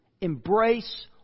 embrace